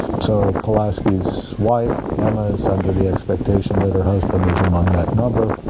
so pulaski's wife emma is under the expectation that her husband is among that number.